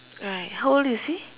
alright how old is he